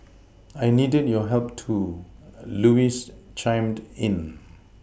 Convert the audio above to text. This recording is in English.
I needed your help too Louise chimed in